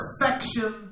Perfection